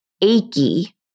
achy